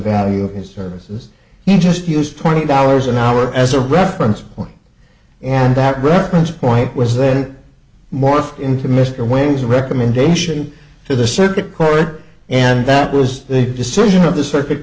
value of his services he just used twenty dollars an hour as a reference point and that reference point was then morphed into mr wing's recommendation to the circuit court and that was the decision of the circuit